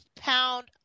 pound